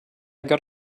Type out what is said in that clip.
got